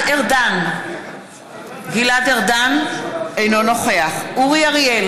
ביטן, נגד מיכל בירן, אינה נוכחת מירב בן ארי,